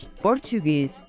Portuguese